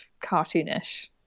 cartoonish